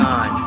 on